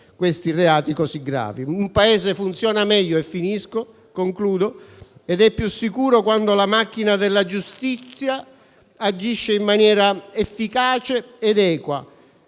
questi reati così gravi. Un Paese funziona meglio ed è più sicuro quando la macchina della giustizia agisce in maniera efficace ed equa.